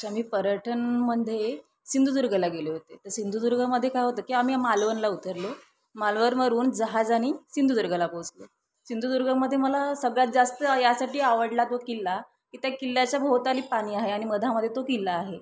अच्छा मी पर्यटनामध्ये सिंधुदुर्गला गेले होते तर सिंधुदुर्गमध्ये काय होतं की आम्ही मालवणला उतरलो मालवणवरून जहाजाने सिंधुदुर्गला पोचलो सिंधुदुर्गमध्ये मला सगळ्यात जास्त यासाठी आवडला तो किल्ला की त्या किल्ल्याच्या भोवताली पाणी आहे आणि मध्येमध्ये तो किल्ला आहे